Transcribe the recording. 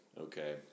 okay